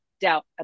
doubt